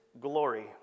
glory